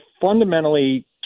fundamentally